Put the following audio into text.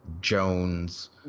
Jones